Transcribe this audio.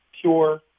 pure